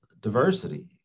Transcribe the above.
diversity